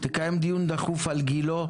תקיים דיון דחוף על גילה,